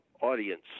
audience